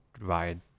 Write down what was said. ride